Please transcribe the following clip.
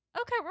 okay